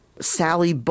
Sally